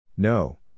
No